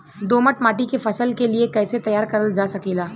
दोमट माटी के फसल के लिए कैसे तैयार करल जा सकेला?